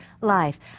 life